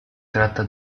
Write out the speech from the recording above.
tratta